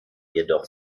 jedoch